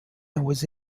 was